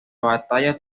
batalla